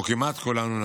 או כמעט כולנו.